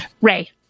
Ray